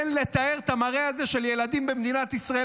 אין לתאר את המראה הזה של ילדים במדינת ישראל,